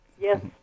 Yes